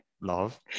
Love